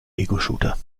egoshooter